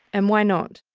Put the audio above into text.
and why not?